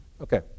Okay